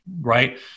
right